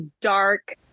dark